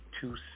two